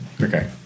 Okay